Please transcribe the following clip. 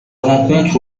rencontre